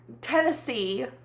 Tennessee